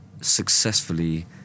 successfully